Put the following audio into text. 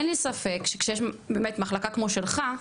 אין לי ספק שכשיש באמת מחלקה כמו שלך,